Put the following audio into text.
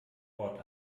ort